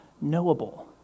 knowable